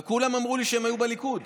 כולם אמרו לי שהם היו בליכוד,